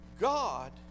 God